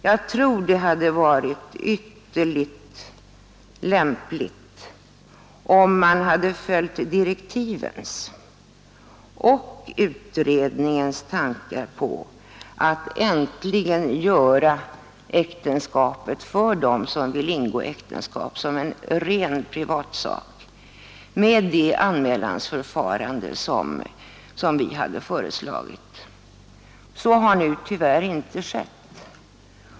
Jag tror det hade varit ytterligt lämpligt om man hade följt direktivens och utredningens tankar på att äntligen göra äktenskapet till en ren privatsak för dem som vill ingå äktenskap med det anmälningsförfarande som vi hade föreslagit. Så har nu tyvärr inte skett.